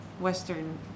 Western